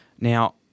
Now